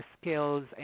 skills